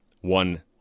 one